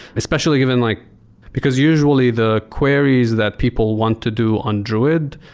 especially given like because usually the queries that people want to do on druid,